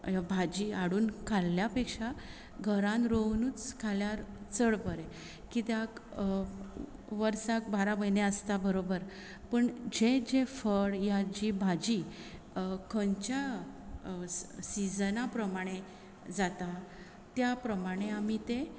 भाजी हाडून खाल्ल्या पेक्षा घरांत रोवनूच खाल्यार चड बरे किद्याक वर्साक बारा म्हयने आसता बरोबर पूण जे जे फळ ह्या जी भाजी खंयच्या सिजना प्रमाणे जाता त्या प्रमाणे आमी ते